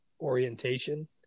orientation